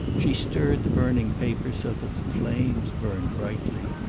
she stirred the burning paper so that the flames burned brightly.